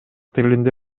тилинде